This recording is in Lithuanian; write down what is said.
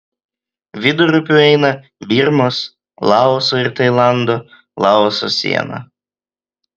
vidurupiu eina birmos laoso ir tailando laoso siena